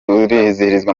uzizihirizwa